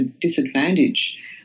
disadvantage